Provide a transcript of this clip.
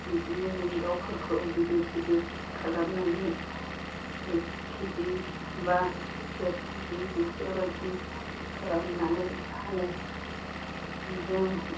बिदिनो जों दाउफोरखौ गिदिर गिदिर खालामनानै एक के जि बा देर के जि बेफोरबायदि खालामनानै फानो जों